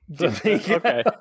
Okay